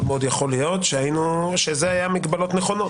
מאוד מאוד יכול להיות שאלו היו מגבלות נכונות.